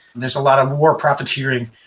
there's a lot of war profiteering.